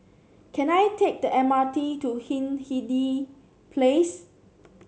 can I take the M R T to Hindhede Place